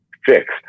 fixed